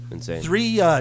three